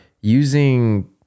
using